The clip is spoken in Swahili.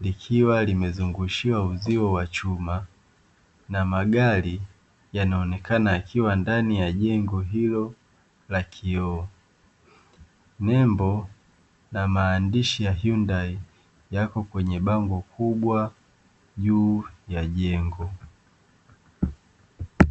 likiwa limezungushiwa uzio wa chuma, na magari yanaonekana yakiwa ndani ya jengo hilo la kioo, nembo na maandishi ya "Hyundai", yako kwenye bango kubwa juu ya jengo.